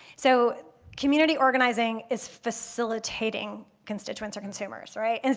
so community organizing is facilitating constituents or consumers, right. and